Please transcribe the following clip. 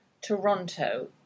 Toronto